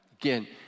Again